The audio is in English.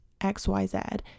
xyz